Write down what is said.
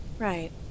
Right